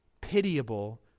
pitiable